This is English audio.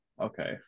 Okay